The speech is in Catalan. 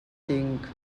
tinc